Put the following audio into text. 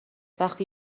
وقتی